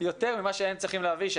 יותר ממה שהם צריכים להביא,